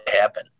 happen